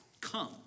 come